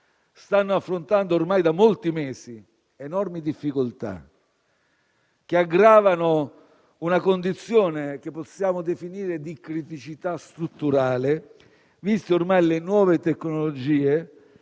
stanno affrontando ormai da molti mesi enormi difficoltà che aggravano una condizione che possiamo definire di criticità strutturale, viste ormai le nuove tecnologie